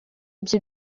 bye